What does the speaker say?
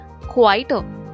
quieter